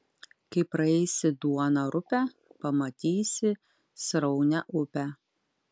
kai praeisi duoną rupią pamatysi sraunią upę